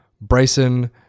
Bryson